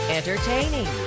Entertaining